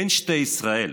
אין שתי ישראל.